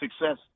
success